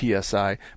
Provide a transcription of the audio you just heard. PSI